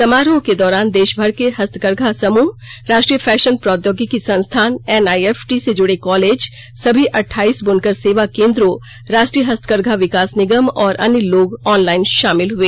समारोह के दौरान देशभर के हथकरघा समूह राष्ट्रीय फैशन प्रौद्योगिकी संस्थान एनआईएफटी से जुड़े कॉलेज सभी अठाइस बुनकर सेवा केन्द्रों राष्ट्रीय हस्तकरघा विकास निगम और अन्य लोग ऑनलाइन शामिल हुए